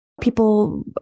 people